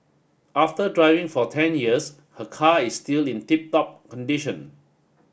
after driving for ten years her car is still in tip top condition